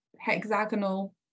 hexagonal